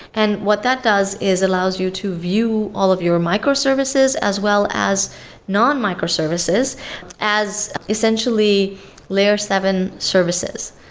and what that does is allows you to view all of your microservices as well as non-microservices as essentially layer seven services.